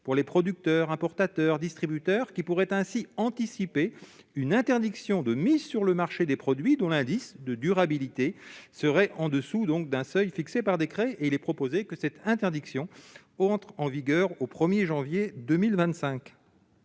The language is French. pour les producteurs, les importateurs et les distributeurs, qui pourraient ainsi anticiper une interdiction de mise sur le marché des produits dont l'indice de durabilité serait inférieur à un seuil fixé par décret. Il est proposé que cette interdiction entre en vigueur au 1 janvier 2025.